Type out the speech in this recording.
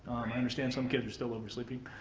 i understand some kids are still oversleeping.